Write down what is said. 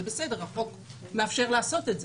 זה בסדר, החוק מאפשר לעשות את זה.